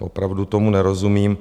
Opravdu tomu nerozumím.